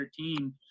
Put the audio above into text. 2013